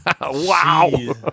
Wow